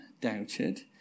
doubted